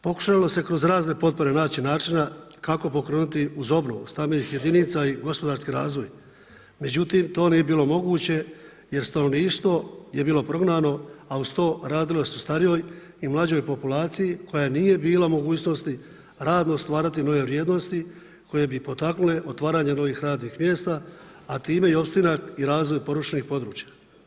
Pokušalo se kroz razne potpore naći načina kako pokrenuti uz obnovu stambenih jedinica i gospodarski razvoj, međutim to nije bilo moguće jer stanovništvo je bilo prognano a uz to radilo se o starijoj i mlađoj populaciji koja nije bila u mogućnosti radno stvarati nove vrijednosti koje bi potaknule otvaranje novih radnih mjesta a time i ostanak i razvoj porušenih područja.